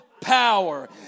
power